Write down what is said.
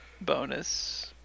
bonus